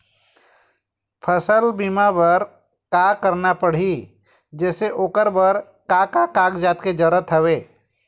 फसल बीमा बार का करना पड़ही जैसे ओकर बर का का कागजात के जरूरत हवे?